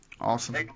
Awesome